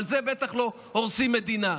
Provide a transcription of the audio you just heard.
על זה בטח לא הורסים מדינה.